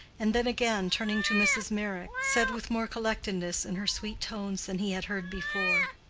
and then again turning to mrs. meyrick, said with more collectedness in her sweet tones than he had heard before,